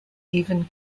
even